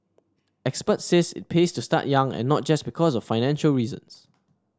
experts said it pays to start young and not just because of financial reasons